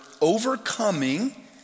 overcoming